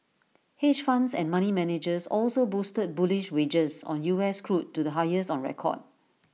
hedge funds and money managers also boosted bullish wagers on U S crude to the highest on record